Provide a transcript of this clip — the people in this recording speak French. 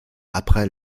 après